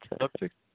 subject